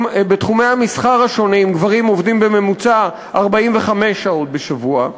בתחומי המסחר השונים גברים עובדים בממוצע 45 שעות בשבוע.